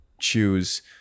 choose